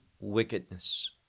wickedness